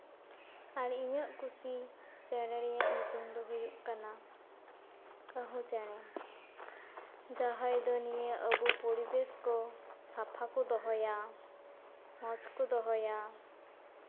ᱟᱨ ᱤᱧᱟᱹᱜ ᱠᱩᱥᱤ ᱪᱮᱬᱮ ᱨᱮᱭᱟᱜ ᱧᱩᱛᱩᱢ ᱫᱚ ᱦᱩᱭᱩᱜ ᱠᱟᱱᱟ ᱠᱟᱹᱦᱩ ᱪᱮᱬᱮ ᱡᱟᱦᱟᱸᱭ ᱫᱚ ᱱᱤᱭᱟᱹ ᱟᱵᱚ ᱯᱚᱨᱤᱵᱮᱥ ᱠᱚ ᱥᱟᱯᱷᱟ ᱠᱚ ᱫᱚᱦᱚᱭᱟ ᱢᱚᱡᱽ ᱠᱚ ᱫᱚᱦᱚᱭᱟ